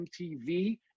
MTV